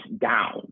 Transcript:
down